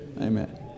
Amen